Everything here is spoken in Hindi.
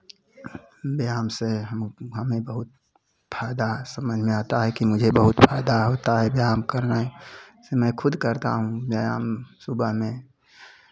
व्यायाम से हम हमें बहुत फायदा समझ में आता है कि मुझे बहुत फायदा होता है व्यायाम करना ही जैसे मैं खुद करता हूँ व्यायाम सुबह में